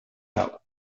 out